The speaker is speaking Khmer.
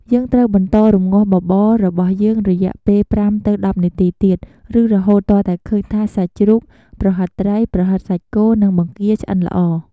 យើងត្រូវបន្តរំងាស់បបររបស់យើងរយៈពេល ៥ ទៅ ១០ នាទីទៀត ឬរហូតទាល់តែឃើញថាសាច់ជ្រូក ប្រហិតត្រី ប្រហិតសាច់គោ និងបង្គាឆ្អិនល្អ។